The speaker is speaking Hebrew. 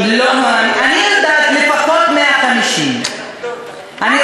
אני יודעת שלפחות 150. מה פתאום,